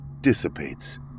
dissipates